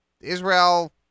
Israel